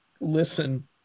listen